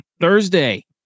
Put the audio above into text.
Thursday